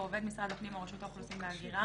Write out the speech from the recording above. או עובד משרד הפנים או רשות האוכלוסין וההגירה